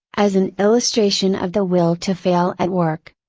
as an illustration of the will to fail at work.